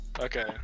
Okay